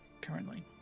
currently